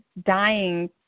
dying